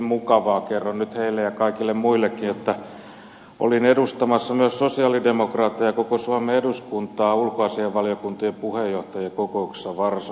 kerron nyt heille ja kaikille muillekin että olin edustamassa myös sosialidemokraatteja ja koko suomen eduskuntaa ulkoasiainvaliokuntien puheenjohtajien kokouksessa varsovassa